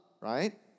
right